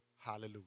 hallelujah